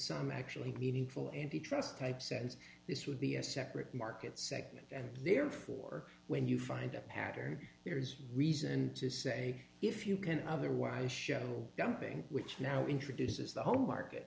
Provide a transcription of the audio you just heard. some actually meaningful antitrust type sense this would be a separate market segment and therefore when you find a pattern here is reason to say if you can otherwise show jumping which now introduces the home market